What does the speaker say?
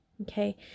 Okay